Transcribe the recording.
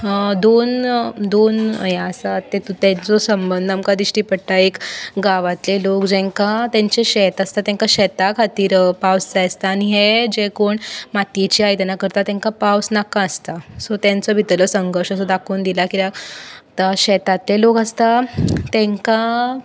दोन दोन ये आसा तेतूंत तेजो संबंद आमकां दिश्टी पडटा एका गांवातले लोक जेंका तेंचें शेत आसता तेंकां शेता खातीर पावस जाय आसता आनी हे जे कोण मातयेचीं आयदनां तयार करता तेंका पावस नाका आसता सो तेंच्या भितरलो असो संघर्श दाखोवन दिला कित्याक शेतांतले लोक आसता तेंकां